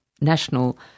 National